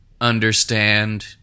understand